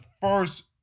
first